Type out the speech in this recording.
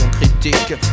critique